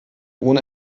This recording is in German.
ohne